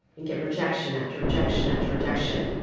and get rejection, after rejection, after rejection.